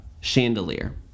chandelier